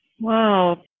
Wow